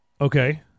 Okay